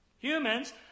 Humans